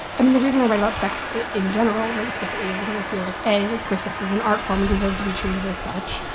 i mean, the reason i write about sex in general really explicitly is because i feel like, a, like, queer sex is an art form deserves to be treated as such,